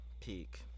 Peak